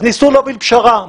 אז ניסו להוביל פשרה.